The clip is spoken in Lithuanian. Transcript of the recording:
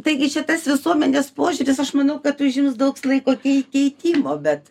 taigi čia tas visuomenės požiūris aš manau kad užims daugs laiko kei keitimo bet